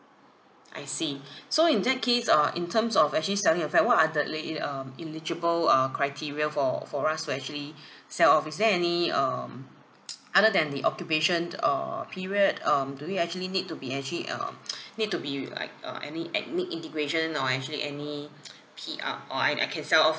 I see so in that case uh in terms of actually selling a flat what are the late~ el~ um eligible uh criteria for for us to actually sell off is there any um other than the occupation err period um do we actually need to be actually um need to be like uh any ethnic integration or actually any P_R or I I can sell off